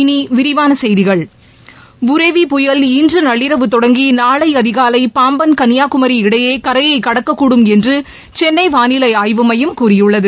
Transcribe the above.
இனி விரிவான செய்திகள் புரெவி புயல் இன்று நள்ளிரவு தொடங்கி நாளை அதிகாலை பாம்பன் கன்னியாகுமரி இடையே கரையை கடக்கக்கூடும் என்று சென்னை வானிலை ஆய்வு மையம் கூறியுள்ளது